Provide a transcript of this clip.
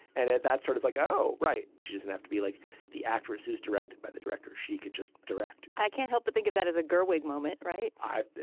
and and that's sort of like, oh, right. she doesn't have to be like the actress who's directed by the director. she could just direct. i can't help but think of that as a gerwig moment. right. i.